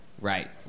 Right